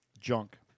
Junk